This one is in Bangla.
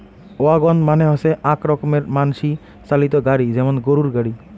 ওয়াগন মানে হসে আক রকমের মানসি চালিত গাড়ি যেমন গরুর গাড়ি